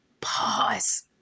pause